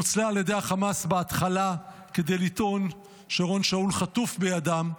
נוצלה על ידי החמאס בהתחלה כדי לטעון שאורון שאול חטוף בידם,